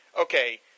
okay